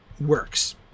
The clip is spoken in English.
works